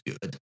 good